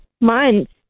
months